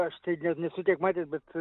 aš tai ne nesu tiek matęs bet